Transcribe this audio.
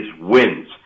wins